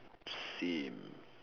same